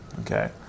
okay